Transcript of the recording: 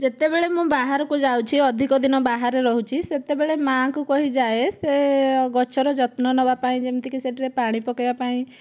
ଯେତେବେଳେ ମୁଁ ବାହାରକୁ ଯାଉଛି ଅଧିକ ଦିନ ବାହାରେ ରହୁଛି ସେତେବେଳେ ମା'ଙ୍କୁ କହିଯାଏ ସେ ଗଛର ଯତ୍ନ ନେବାପାଇଁ ଯେମିତିକି ସେଥିରେ ପାଣି ପକାଇବା ପାଇଁ